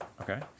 Okay